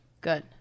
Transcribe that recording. good